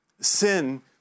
Sin